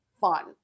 fun